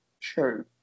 True